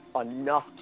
enough